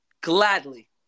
Gladly